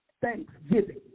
thanksgiving